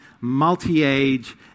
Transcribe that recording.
multi-age